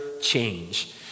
change